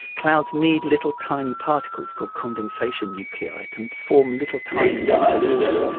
clouds need little tiny particles called condensation nuclei to form little tiny drops of water,